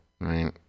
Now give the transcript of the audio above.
right